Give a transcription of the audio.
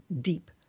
deep